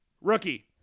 rookie